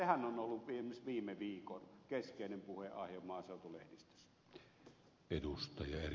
sehän on ollut esimerkiksi viime viikon keskeinen puheenaihe maaseutulehdistössä